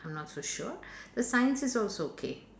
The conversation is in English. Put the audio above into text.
I'm not so sure the science is also okay